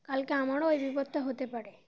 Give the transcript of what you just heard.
কালকে আমারও ওই বিপদটা হতে পারে